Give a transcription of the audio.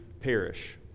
perish